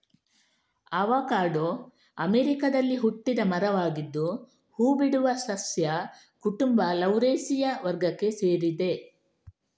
avocado ಅಮೆರಿಕಾದಲ್ಲಿ ಹುಟ್ಟಿದ ಮರವಾಗಿದ್ದು ಹೂ ಬಿಡುವ ಸಸ್ಯ ಕುಟುಂಬ ಲೌರೇಸಿಯ ವರ್ಗಕ್ಕೆ ಸೇರಿದೆ